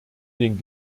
den